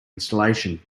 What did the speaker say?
installation